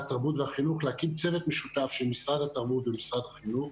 להקים צוות משותף של משרד התרבות ומשרד החינוך